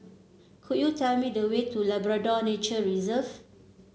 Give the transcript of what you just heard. could you tell me the way to Labrador Nature Reserve